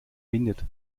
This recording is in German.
windet